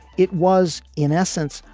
it was in essence,